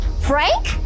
Frank